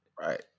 Right